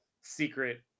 secret